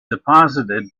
deposited